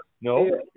No